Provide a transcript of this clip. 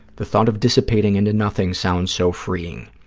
the thought of dissipating into nothing sounds so freeing.